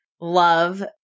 love